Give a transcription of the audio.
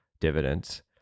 dividends